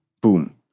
boom